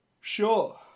Sure